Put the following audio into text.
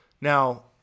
now